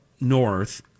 north